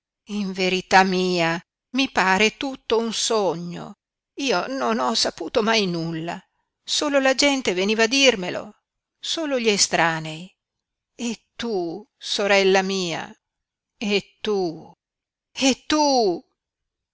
in verità mia mi pare tutto un sogno io non ho saputo mai nulla solo la gente veniva a dirmelo solo gli estranei e tu sorella mia e tu e tu